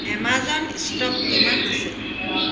Amazon stock কিমান আছে